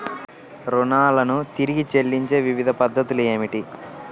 రుణాలను తిరిగి చెల్లించే వివిధ పద్ధతులు ఏమిటి?